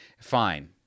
fine